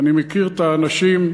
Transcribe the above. אני מכיר את האנשים,